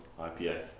IPA